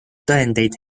tõendeid